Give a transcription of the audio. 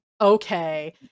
Okay